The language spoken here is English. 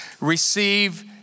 receive